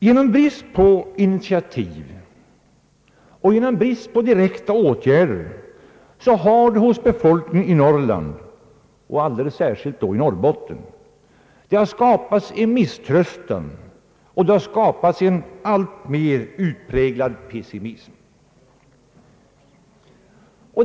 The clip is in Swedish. Genom brist på initiativ och genom brist på direkta åtgärder har det hos befolkningen i Norrland och alldeles särskilt i Norrbotten skapats en misströstan och en alltmer utpräglad pessimism.